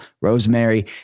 rosemary